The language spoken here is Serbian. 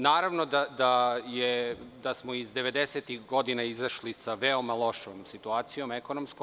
Naravno da smo iz 90-ih godina izašli sa veoma lošom situacijom ekonomskom.